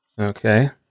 Okay